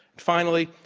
finally,